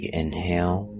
inhale